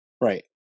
Right